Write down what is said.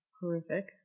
horrific